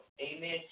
Amen